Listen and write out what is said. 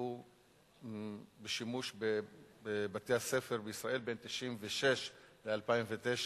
בשימוש בבתי-הספר בישראל בין 1996 ל-2009,